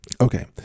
Okay